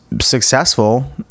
successful